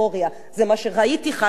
זה מה שראיתי, חשתי, שמעתי.